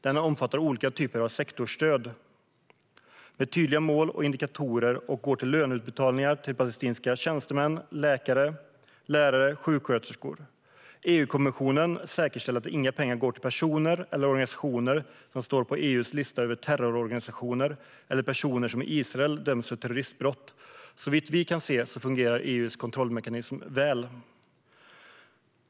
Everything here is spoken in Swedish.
Den omfattar olika typer av sektorstöd med tydliga mål och indikatorer och går till löneutbetalningar till palestinska tjänstemän, läkare, lärare och sjuksköterskor. EU-kommissionen säkerställer att inga pengar går till personer eller organisationer som står på EU:s lista över terrororganisationer eller personer som i Israel dömts för terroristbrott. Såvitt vi kan se fungerar EU:s kontrollmekanism väl.